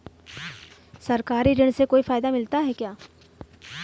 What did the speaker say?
सरकारी ऋण से कोई फायदा मिलता है क्या?